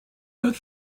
but